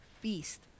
feast